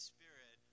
Spirit